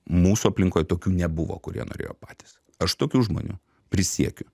mūsų aplinkoj tokių nebuvo kurie norėjo patys aš tokių žmonių prisiekiu